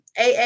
AA